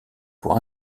pour